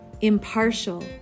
impartial